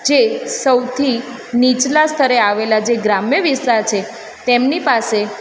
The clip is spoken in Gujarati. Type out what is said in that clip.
જે સૌથી નીચલાં સ્તરે આવેલા જે ગ્રામ્ય વિસ્તાર છે તેમની પાસે